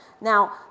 Now